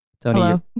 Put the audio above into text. Tony